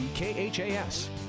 K-H-A-S